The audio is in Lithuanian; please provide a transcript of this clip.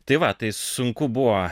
tai va tai sunku buvo